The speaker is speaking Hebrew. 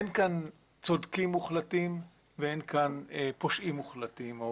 אין כאן צודקים מוחלטים ואין כאן פושעים מוחלטים,